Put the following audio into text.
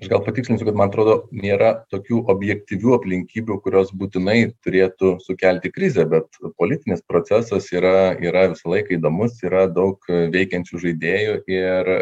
gal patikslinsiu kad man atrodo nėra tokių objektyvių aplinkybių kurios būtinai turėtų sukelti krizę bet politinis procesas yra yra visą laiką įdomus yra daug veikiančių žaidėjų ir